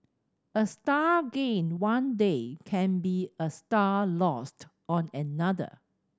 a star gained one day can be a star lost on another